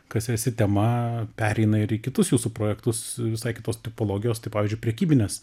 kas esi tema pereina ir į kitus jūsų projektus visai kitos tipologijos tai pavyzdžiui prekybines